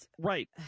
Right